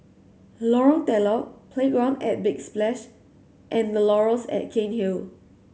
Lorong Telok Playground at Big Splash and The Laurels at Cairnhill